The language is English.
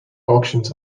auctions